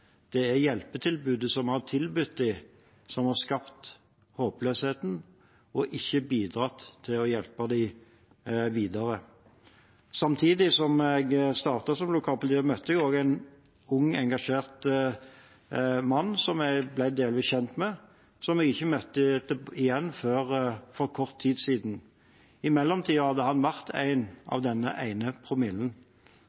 Det er hjelpetilbudet vi har tilbudt dem, som har skapt håpløsheten og ikke bidratt til å hjelpe dem videre. Samtidig som jeg startet som lokalpolitiker, møtte jeg også en ung engasjert mann som jeg ble delvis kjent med, og som jeg ikke møtte igjen før for kort tid siden. I mellomtiden hadde han vært